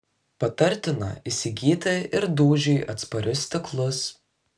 patartina įsigyti ir dūžiui atsparius stiklus